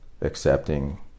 accepting